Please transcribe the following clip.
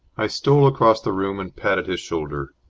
i stole across the room and patted his shoulder.